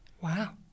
Wow